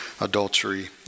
adultery